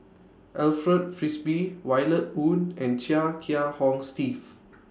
Alfred Frisby Violet Oon and Chia Kiah Hong Steve